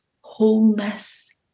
wholeness